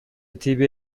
тийбей